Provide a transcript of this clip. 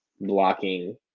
blocking